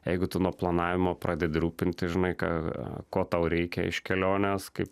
jeigu tu nuo planavimo pradedi rūpintis žinai ką ko tau reikia iš kelionės kaip